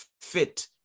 fit